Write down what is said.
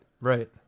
Right